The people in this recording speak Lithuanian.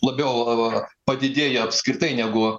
labiau padidėjo apskritai negu